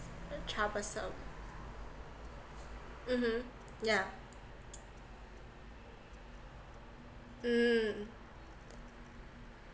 troublesome mmhmm yeah mm